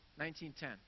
1910